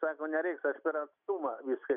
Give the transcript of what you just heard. sako nereiks aš per atstumą viską